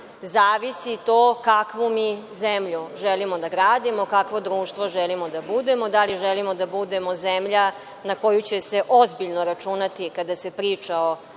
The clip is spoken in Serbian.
zavisi to kakvu mi zemlju želimo da gradimo, kakvo društvo želimo da budemo, da li želimo da budemo zemlja na koju će se ozbiljno računati kada se priča o